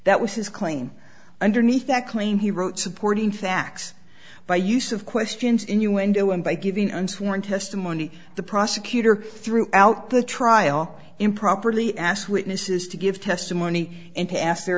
that was his claim underneath that claim he wrote supporting facts by use of questions innuendo and by giving and sworn testimony the prosecutor throughout the trial improperly asked witnesses to give testimony and to ask their